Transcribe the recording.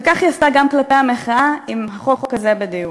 וכך היא עשתה גם כלפי המחאה עם החוק הזה בדיוק.